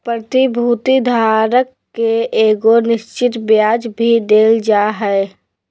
प्रतिभूति धारक के एगो निश्चित ब्याज भी देल जा हइ